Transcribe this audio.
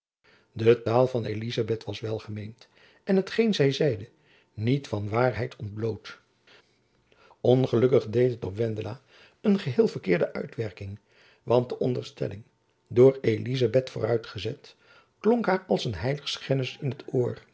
de taal van elizabeth was welgemeend en hetgeen zy zeide niet van waarheid ontbloot ongelukkig deed het op wendela een geheel verkeerde uitwerking want de onderstelling door elizabeth vooruitgezet klonk haar als een heiligschennis in t oor